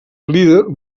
líder